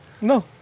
No